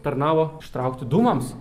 tarnavo ištraukti dūmams